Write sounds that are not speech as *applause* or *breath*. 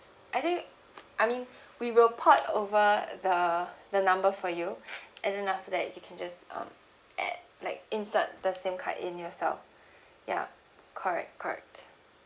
I think I mean we will port over the the number for you *breath* and then after that you can just um add like insert the SIM card in yourself ya correct correct